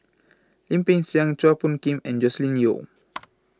Lim Peng Siang Chua Phung Kim and Joscelin Yeo